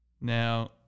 Now